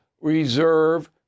reserve